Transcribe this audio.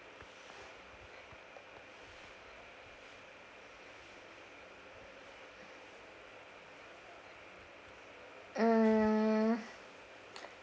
mm